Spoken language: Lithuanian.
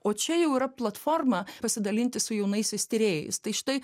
o čia jau yra platforma pasidalinti su jaunaisiais tyrėjais tai štai